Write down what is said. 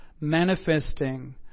manifesting